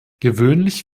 gewöhnlich